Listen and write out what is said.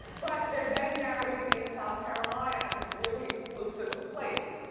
but they're getting married in south carolina at this really exclusive place.